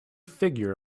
figure